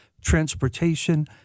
transportation